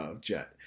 jet